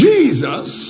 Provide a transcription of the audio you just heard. Jesus